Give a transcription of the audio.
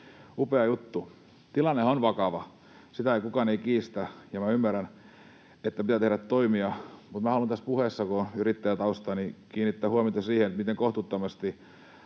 upea juttu. Tilanne on vakava, sitä kukaan ei kiistä, ja minä ymmärrän, että pitää tehdä toimia, mutta minä haluan tässä puheessani, kun on yrittäjätausta, kiinnittää huomiota siihen, miten kohtuuttomasti